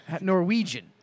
Norwegian